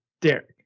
Derek